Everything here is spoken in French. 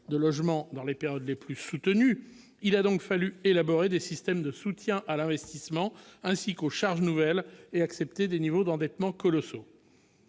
de logements par an à certaines périodes. Il a donc fallu élaborer des systèmes de soutien à l'investissement et aux charges nouvelles et accepter des niveaux d'endettement colossaux.